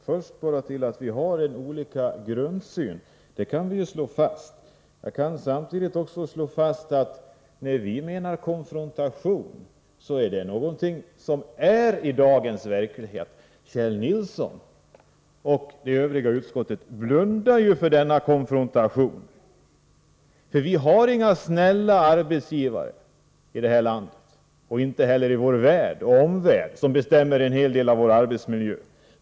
Herr talman! Att vi har olika grundsyn kan vi ju slå fast. Jag kan samtidigt också slå fast att vi menar att konfrontation är någonting som finns i dagens verklighet. Kjell Nilsson och övriga i utskottet blundar för den konfrontation som förekommer. Vi har inga snälla arbetsgivare här i landet, och inte heller i vår omvärld, som bestämmer en hel del om vår arbetsmiljö.